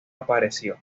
apareció